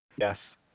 Yes